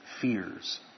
fears